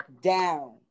down